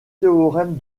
théorème